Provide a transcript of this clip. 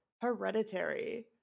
Hereditary